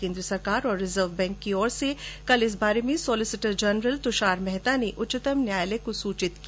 केन्द्र सरकार और रिज़र्व बैंक की ओर से कल इस बारे में सॉलिसिटर जनरल तुषार मेहता ने उच्चतम न्यायालय को सूचित किया